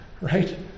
Right